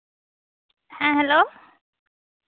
ᱦᱮᱸ ᱦᱮᱞᱳ